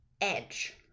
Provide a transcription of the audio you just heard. edge